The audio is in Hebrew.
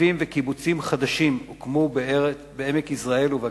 ומושבים וקיבוצים חדשים הוקמו בעמק-יזרעאל ובגליל.